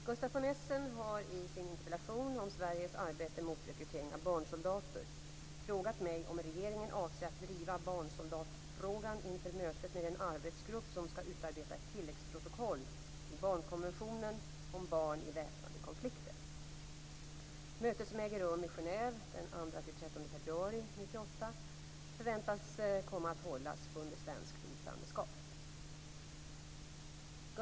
Herr talman! Gustaf von Essen har i sin interpellation om Sveriges arbete mot rekrytering av barnsoldater frågat mig om regeringen avser att driva barnsoldatfrågan inför mötet med den arbetsgrupp som skall utarbeta ett tilläggsprotokoll till barnkonventionen om barn i väpnade konflikter. Mötet som äger rum i Genève den 2-13 februari 1998 förväntas komma att hållas under svenskt ordförandeskap.